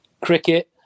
Cricket